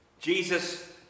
Jesus